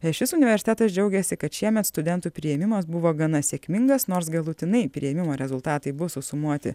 šis universitetas džiaugiasi kad šiemet studentų priėmimas buvo gana sėkmingas nors galutinai priėmimo rezultatai bus susumuoti